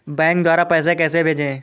Bank द्वारा पैसे कैसे भेजें?